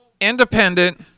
independent